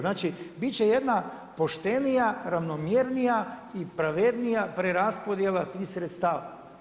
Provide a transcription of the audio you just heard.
Znači, bit će jedna poštenija, ravnomjernija i pravednija preraspodjela tih sredstava.